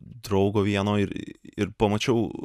draugo vieno ir ir pamačiau